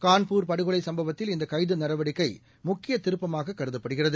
கான்பூர் படுகொலைசம்பவத்தில் இந்தகைதுநடவடிக்கைமுக்கியத் திருப்பமாககருதப்படுகிறது